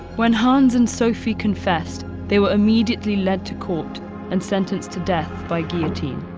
when hans and sophie confessed, they were immediately led to court and sentenced to death by guillotine.